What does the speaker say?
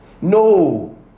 No